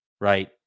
right